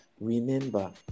remember